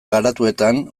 garatuetan